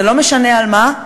זה לא משנה על מה,